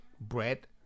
bread